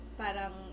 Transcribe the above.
parang